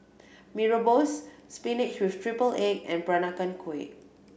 Mee Rebus spinach with triple egg and Peranakan Kueh